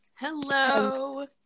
Hello